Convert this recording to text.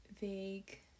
vague